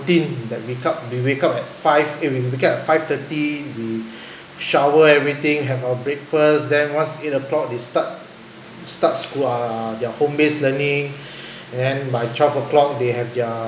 that wake up they wake up at five eh we wake up at five thirty we shower everything have our breakfast then once it's eight o'clock they start start school their uh home base learning and then by twelve o'clock they have their